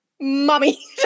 Mommy